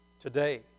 Today